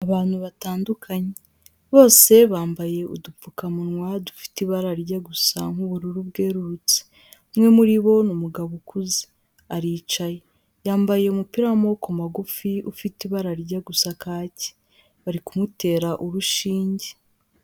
Abantu batandukanye. Bose bambaye udupfukamunwa, dufite ibara rijya gusa nk'ubururu bwerurutse. Umwe muri bo, ni umugabo ukuze. Aricaye. Yambaye umupira w'amaboko magufi, ufite ibara rijya gusa kake. Bari kumutera urushinge.